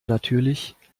natürlich